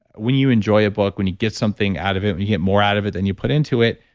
when you enjoy a book when you get something out of it, when you get more out of it than you put into it,